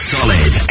Solid